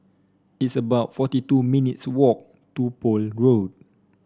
it's about forty two minutes' walk to Poole Road